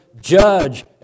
judge